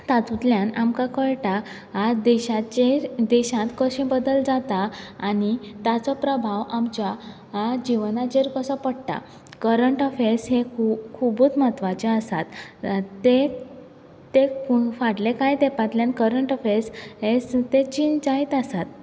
तातुंतल्यान आमकां कळटा आज देशाचेर देशात कशे बदल जाता आनी ताचो प्रभाव आमच्या आं जिवनात जर कसो पडटा करंट अफॅर्स हे खू खुबूत म्हत्वाचे आसात ते ते फाटले कांय तेंपातल्यान करंट अफॅर्स हे स् ते चेंज जायत आसात